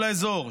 המלחמה.